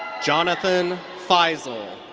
jonathan faisl.